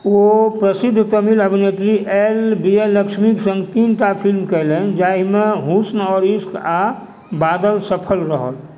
ओ प्रसिद्ध तमिल अभिनेत्री एल विजयलक्ष्मीक सङ्ग तीनटा फिल्म कयलनि जाहिमे हुस्न और इश्क आ बादल सफल रहल